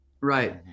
Right